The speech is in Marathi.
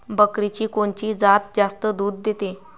बकरीची कोनची जात जास्त दूध देते?